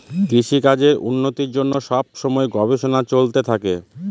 কৃষিকাজের উন্নতির জন্য সব সময় গবেষণা চলতে থাকে